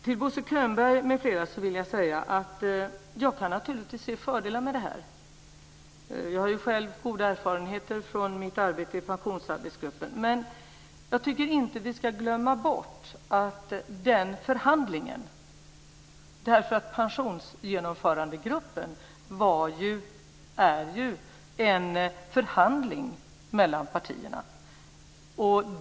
Till Bosse Könberg m.fl. vill jag säga att jag naturligtvis kan se fördelar med detta. Jag har ju själv goda erfarenheter från mitt arbete i pensionsarbetsgruppen. Men vi får inte glömma bort en sak: Pensionsgenomförandegruppen är en förhandling mellan partierna.